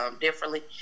differently